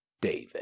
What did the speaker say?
David